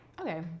okay